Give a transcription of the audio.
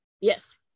Yes